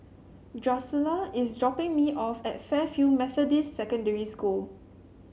Drusilla is dropping me off at Fairfield Methodist Secondary School